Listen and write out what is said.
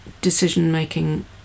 decision-making